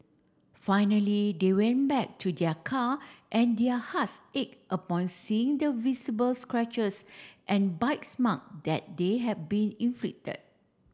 finally they went back to their car and their hearts ached upon seeing the visible scratches and bites mark that they had been inflicted